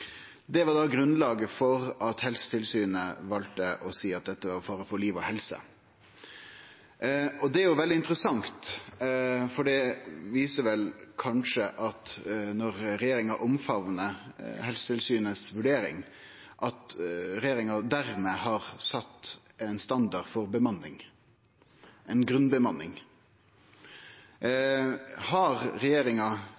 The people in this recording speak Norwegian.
Det var grunnlaget for at Helsetilsynet valde å seie at det var fare for liv og helse. Det er veldig interessant, for det viser vel kanskje at når regjeringa omfamnar Helsetilsynets vurdering, har regjeringa dimed sett ein standard for bemanning, ei grunnbemanning.